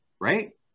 right